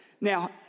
Now